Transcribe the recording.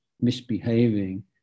misbehaving